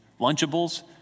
Lunchables